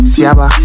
Siaba